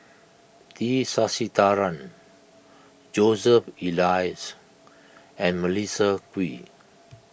T Sasitharan Joseph Elias and Melissa Kwee